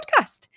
podcast